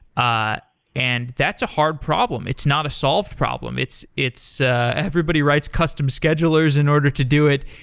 ah and that's a hard problem. it's not a solved problem. it's it's everybody writes custom schedulers in order to do it.